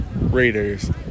Raiders